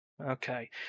Okay